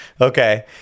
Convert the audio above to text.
Okay